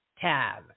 tab